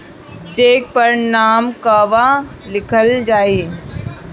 Check पर नाम कहवा लिखल जाइ?